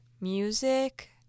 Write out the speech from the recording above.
music